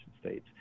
states